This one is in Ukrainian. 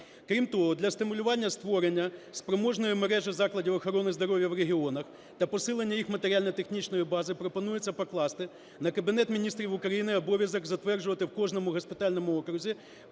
Крім того, для стимулювання створення спроможної мережі закладів охорони здоров'я в регіонах та посилення їх матеріально-технічної бази пропонується покласти на Кабінет Міністрів України обов'язок затверджувати в кожному госпітальному окрузі